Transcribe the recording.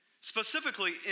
Specifically